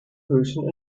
person